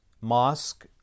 mosque